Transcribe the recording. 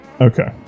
okay